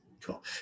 Cool